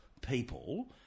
people